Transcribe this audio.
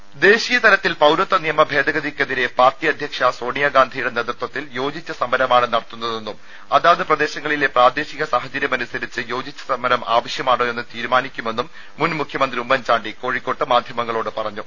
രാള ദേശീയ തലത്തിൽ പൌരത്വ നിയമ ഭേദഗതിക്ക് എതിരെ പാർട്ടി അധ്യക്ഷ സോണിയാഗാന്ധിയുടെ നേതൃത്വത്തിൽ യോജിച്ച സമരമാണ് നടത്തുന്നതെന്നും അതാത് പ്രദേശങ്ങളിലെ പ്രാദേശിക സാഹചര്യമനുസരിച്ച് യോജിച്ച സമരം ആവശ്യമാണോയെന്ന് തീരുമാനിക്കുമെന്നും മുൻ മുഖ്യമന്ത്രി ഉമ്മൻചാണ്ടി കോഴിക്കോട്ട് മാധ്യമങ്ങളോട് പറഞ്ഞു